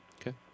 Okay